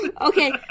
Okay